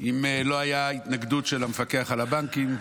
שאם לא הייתה התנגדות של המפקח על הבנקים,